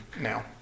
now